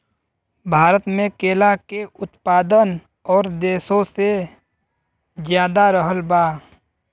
भारत मे केला के उत्पादन और देशो से ज्यादा रहल बा